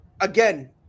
again